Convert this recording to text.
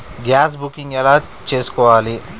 Gas booking ఎలా చేసుకోవాలి?